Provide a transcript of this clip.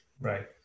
Right